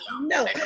no